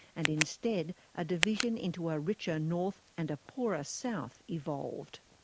and instead a division into a richer north and a poorer south evolved.